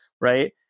right